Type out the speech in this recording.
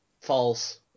False